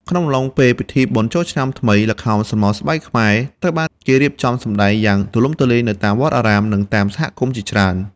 ក្នុងអំឡុងពេលពិធីបុណ្យចូលឆ្នាំថ្មី ល្ខោនស្រមោលស្បែកខ្មែរ ត្រូវបានគេរៀបចំសម្តែងយ៉ាងទូលំទូលាយនៅតាមវត្តអារាម និងនៅតាមសហគមន៍ជាច្រើន។